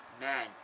Man